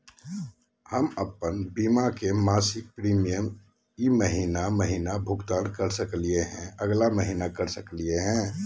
हम अप्पन बीमा के मासिक प्रीमियम ई महीना महिना भुगतान कर सकली हे, अगला महीना कर सकली हई?